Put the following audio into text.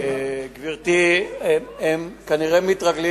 גברתי, הם כנראה מתרגלים.